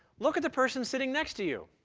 look at the person sitting next to you.